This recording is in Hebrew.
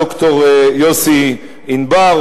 ד"ר יוסי ענבר,